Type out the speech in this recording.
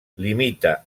limita